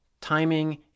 timing